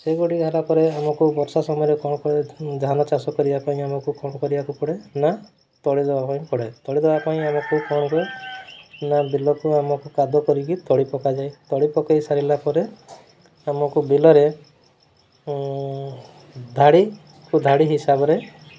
ସେଗୁଡ଼ିକ ହେଲା ପରେ ଆମକୁ ବର୍ଷା ସମୟରେ କ'ଣ କରେ ଧାନ ଚାଷ କରିବା ପାଇଁ ଆମକୁ କ'ଣ କରିବାକୁ ପଡ଼େ ନା ତଳି ଦବା ପାଇଁ ପଡ଼େ ତଳି ଦବା ପାଇଁ ଆମକୁ କ'ଣ ନା ବିଲକୁ ଆମକୁ କାଦୁଅ କରିକି ତଳି ପକାଯାଏ ତଳି ପକାଇ ସାରିଲା ପରେ ଆମକୁ ବିଲରେ ଧାଡ଼ି ଓ ଧାଡ଼ି ହିସାବରେ